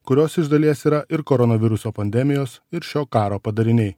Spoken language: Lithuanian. kurios iš dalies yra ir koronaviruso pandemijos ir šio karo padariniai